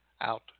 out